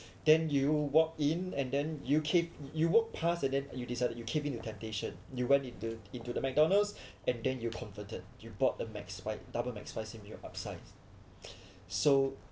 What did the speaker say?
then you walk in and then you cave you walk pass and then you decided you cave in to temptation you went into into the McDonald's and then you converted you bought a mcspi~ double McSpicy meal upsize so